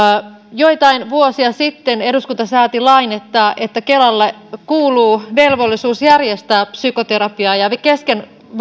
joitain vuosia sitten eduskunta sääti lain että että kelalle kuuluu velvollisuus järjestää psykoterapiaa ja kesken